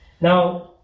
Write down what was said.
Now